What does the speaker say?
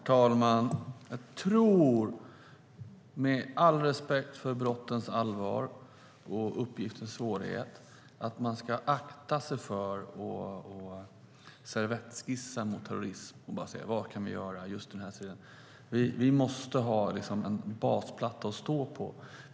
Herr talman! Jag tror, med all respekt för brottens allvar och uppgiftens svårighet, att man ska akta sig för att "servettskissa" mot terrorism och säga: Vad kan vi göra i just den här situationen? Vi måste ha en basplatta att stå på.